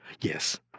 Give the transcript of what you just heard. Yes